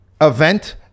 event